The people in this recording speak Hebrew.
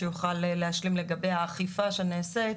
שיוכל להשלים לגבי האכיפה שנעשית,